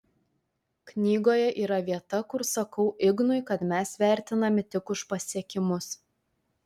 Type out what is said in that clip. knygoje yra vieta kur sakau ignui kad mes vertinami tik už pasiekimus